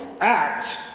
act